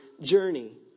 journey